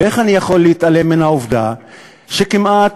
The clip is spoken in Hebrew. ואיך אני יכול להתעלם מהעובדה שכמעט,